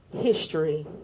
history